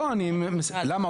למה?